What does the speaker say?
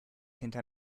hinter